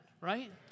right